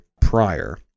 prior